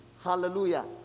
Hallelujah